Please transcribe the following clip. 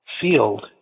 field